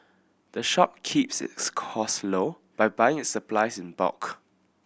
the shop keeps its cost low by buying its supplies in bulk